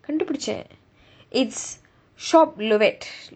கண்டுபிடிச்சேன்:kandupidichaen it's shop Lovet